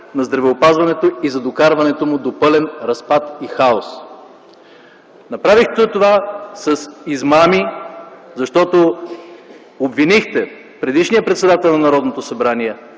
и за докарването на здравеопазването до пълен разпад и хаос. Направихте това с измами, защото обвинихте предишния председател на Народното събрание